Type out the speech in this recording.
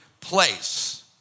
place